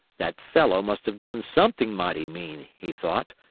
that fellow must have done something mighty mean, he thought,